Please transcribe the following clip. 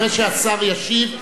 אחרי שהשר ישיב,